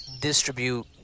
distribute